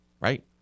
right